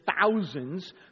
thousands